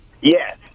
Yes